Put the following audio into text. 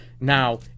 now